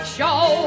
Show